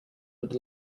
what